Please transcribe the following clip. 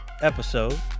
episode